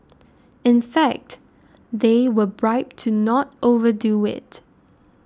in fact they were bribed to not overdo it